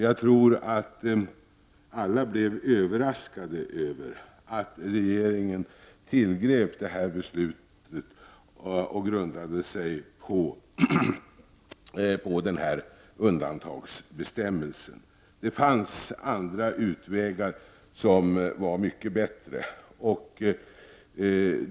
Jag tror att alla blev överraskade över att regeringen tillgrep ett beslut som grundades på en undantagsbestämmelse. Det fanns andra utvägar som var mycket bättre.